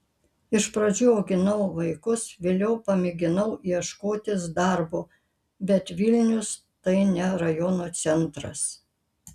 iš pradžių auginau vaikus vėliau pamėginau ieškotis darbo bet vilnius tai ne rajono centras